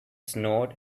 snowed